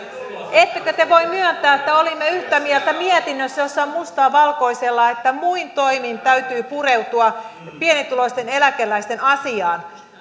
ettekö te voi myöntää että olimme yhtä mieltä mietinnössä jossa on mustaa valkoisella että muin toimin täytyy pureutua pienituloisten eläkeläisten asiaan